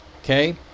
okay